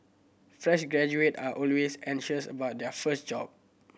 fresh graduate are always anxious about their first job